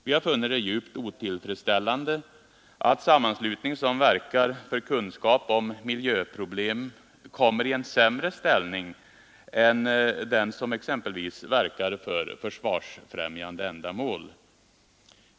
Vi har funnit det djupt otillfredsställande att sammanslutning som verkar för kunskap om miljöproblem kommer i en sämre ställning än den som exempelvis verkar för försvarsfrämjande ändamål.